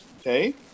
okay